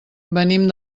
venim